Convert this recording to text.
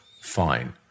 fine